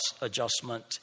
adjustment